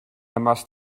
must